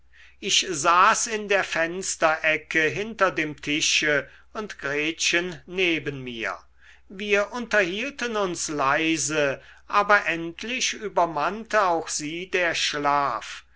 ich saß in der fensterecke hinter dem tische und gretchen neben mir wir unterhielten uns leise aber endlich übermannte auch sie der schlaf